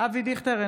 אבי דיכטר,